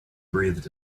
breathed